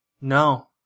No